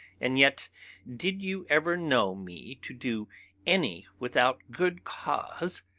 and yet did you ever know me to do any without good cause?